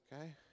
Okay